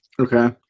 Okay